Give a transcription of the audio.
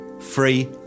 free